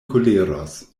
koleros